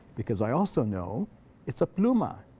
because i also know it's a pluma,